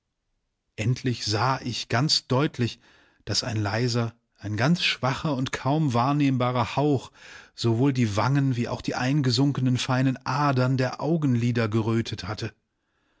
endlich sah ich ganz deutlich daß ein leiser ein ganz schwacher und kaum wahrnehmbarer hauch sowohl die wangen wie auch die eingesunkenen feinen adern der augenlider gerötet hatte